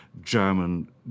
German